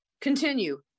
Continue